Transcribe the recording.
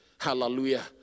Hallelujah